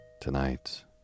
tonight